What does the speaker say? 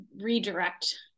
redirect